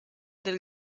del